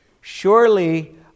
surely